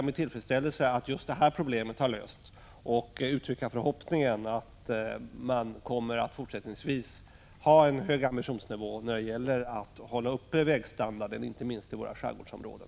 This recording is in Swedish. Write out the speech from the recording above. Med tillfredsställelse noterar jag att just detta problem har lösts och uttrycker förhoppningen att man fortsättningsvis kommer att ha en hög ambitionsnivå när det gäller att hålla vägstandarden uppe, inte minst i våra skärgårdsområden.